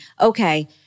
Okay